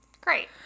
Great